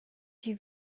die